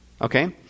okay